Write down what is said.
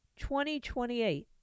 2028